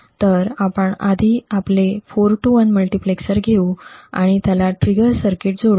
तर आपण आधी आपले '4 to 1' मल्टीप्लेक्सर घेऊ आणि त्याला ट्रिगर सर्किट जोडू